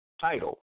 title